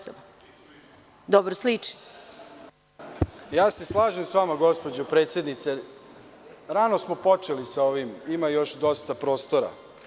Slažem se s vama gospođo predsedince, rano smo počeli s ovim, ima još dosta prostora.